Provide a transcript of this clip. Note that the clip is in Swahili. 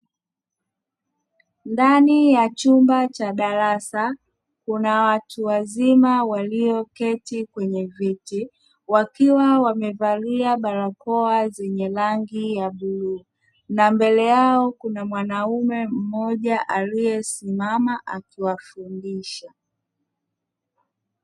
Ndani ya chumba cha darasa, kuna watu wazima walioketi kwenye viti wakiwa wamevalia barakoa zenye rangi ya bluu na mbele yao kuna mwanaume mmoja aliyesimama akiwafundisha.